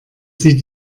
sie